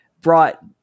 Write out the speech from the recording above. brought